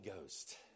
Ghost